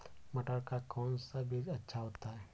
मटर का कौन सा बीज अच्छा होता हैं?